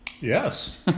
Yes